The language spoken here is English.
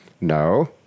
no